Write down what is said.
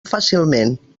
fàcilment